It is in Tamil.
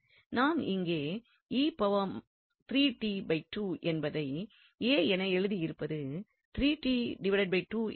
நாம் இங்கே என்பதை என எழுதியிருப்பது என்றாகும்